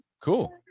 Cool